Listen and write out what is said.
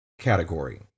category